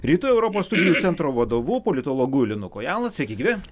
rytų europos studijų centro vadovu politologu linu kojala sveiki gyvi